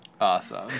Awesome